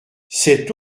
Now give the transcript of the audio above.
cette